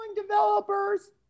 developers